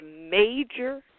major